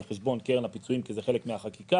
חשבון קרן הפיצויים כי זה חלק מהחקיקה,